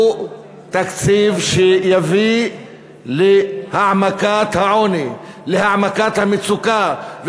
הוא תקציב שיביא להעמקת העוני, להעמקת המצוקה.